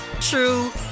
true